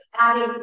Adding